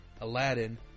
Aladdin